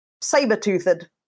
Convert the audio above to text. saber-toothed